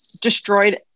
destroyed